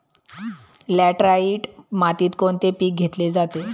Laterite मातीत कोणते पीक घेतले जाते?